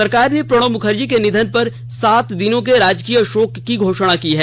सरकार ने प्रणब मुखर्जी के निधन पर सात दिनों के राजकीय शोक की घोषणा की है